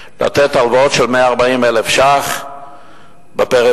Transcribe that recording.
לתת הלוואות של 140,000 ש"ח בפריפריה.